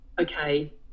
okay